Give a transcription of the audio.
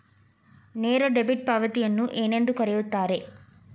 ನೇರ ಡೆಬಿಟ್ ಪಾವತಿಯನ್ನು ಏನೆಂದು ಕರೆಯುತ್ತಾರೆ?